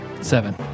Seven